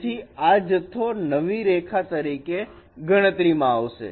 તેથી આ જથ્થો નવી રેખા તરીકે ગણતરી માં આવશે